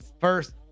first